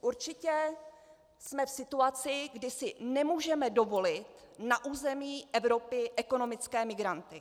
Určitě jsme v situaci, kdy si nemůžeme dovolit na území Evropy ekonomické migranty.